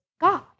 God